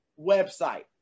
website